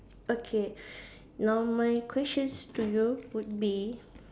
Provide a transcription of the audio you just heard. okay now my questions to you would be